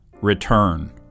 return